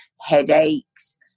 headaches